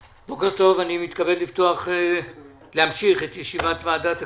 בוקר טוב, אני מתכבד להמשיך את ישיבת ועדת הכספים.